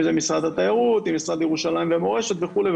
אם זה משרד התיירות, משרד ירושלים ומורשת וכו'.